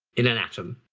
in an atom,